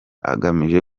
agamije